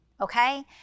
okay